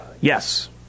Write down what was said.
Yes